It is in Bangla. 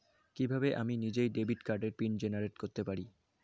কিভাবে আমি নিজেই ডেবিট কার্ডের পিন জেনারেট করতে পারি?